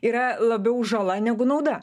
yra labiau žala negu nauda